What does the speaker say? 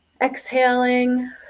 exhaling